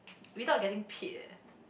without getting paid eh